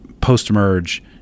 post-merge